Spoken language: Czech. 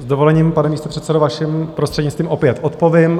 S dovolením, pane místopředsedo, vaším prostřednictvím opět odpovím.